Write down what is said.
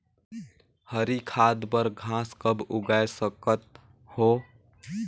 हरी खाद बर घास कब उगाय सकत हो?